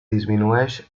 disminueix